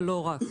אבל לא רק.